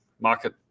market